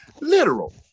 literal